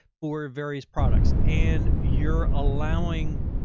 for various products and you're allowing.